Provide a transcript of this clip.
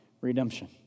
redemption